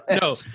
No